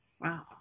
Wow